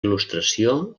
il·lustració